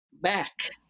back